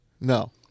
No